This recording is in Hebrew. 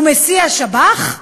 הוא מסיע שב"ח?